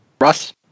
russ